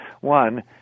One